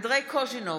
אנדרי קוז'ינוב,